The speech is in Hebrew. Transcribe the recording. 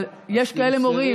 אבל יש כאלה מורים.